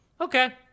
okay